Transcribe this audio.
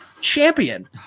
champion